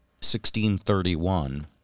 1631